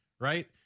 right